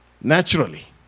Naturally